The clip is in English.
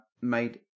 made